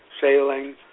sailing